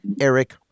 Eric